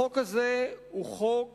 החוק הזה הוא חוק